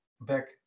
back